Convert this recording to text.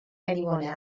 anyone